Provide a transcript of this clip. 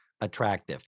attractive